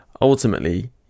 ultimately